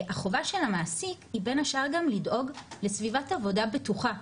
החובה של המעסיק היא בין השאר גם לדאוג לסביבת עבודה בטוחה.